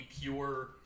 pure